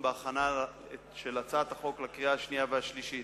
בהכנה של הצעת החוק לקריאה שנייה ולקריאה שלישית.